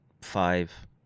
five